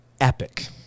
epic